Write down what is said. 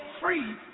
free